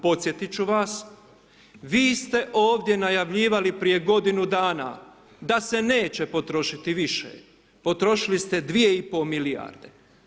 Podsjetiti ću vas, vi ste ovdje najavljivali prije godinu dana da se neće potrošiti više, potrošili ste 2,5 milijarde.